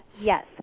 Yes